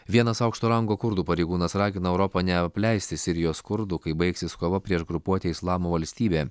vienas aukšto rango kurdų pareigūnas ragina europą neapleisti sirijos kurdų kai baigsis kova prieš grupuotę islamo valstybė